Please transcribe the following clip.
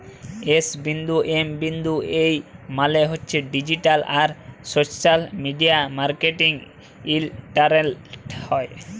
S বিন্দু M বিন্দু E মালে হছে ডিজিট্যাল আর সশ্যাল মিডিয়া মার্কেটিং ইলটারলেটে হ্যয়